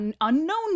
unknown